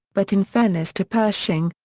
but in fairness to pershing,